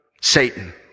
Satan